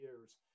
years